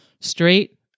Straight